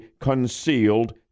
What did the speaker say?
concealed